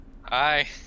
Hi